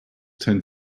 tend